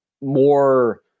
more